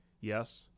Yes